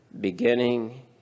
beginning